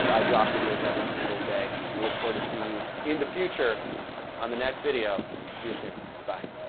i dropped videos every single day and look forward to seeing you in the future on the next video, see you soon.